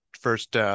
first